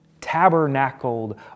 Tabernacled